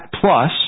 plus